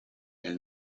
nel